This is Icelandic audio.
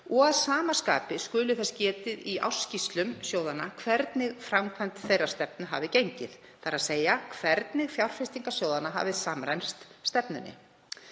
og að sama skapi skuli þess getið í ársskýrslu sjóðanna hvernig framkvæmd þeirrar stefnu hafi gengið, þ.e. hvernig fjárfestingar sjóðanna hafi samræmst stefnunni.